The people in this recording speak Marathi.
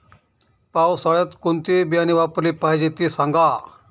पावसाळ्यात कोणते बियाणे वापरले पाहिजे ते सांगा